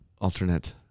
alternate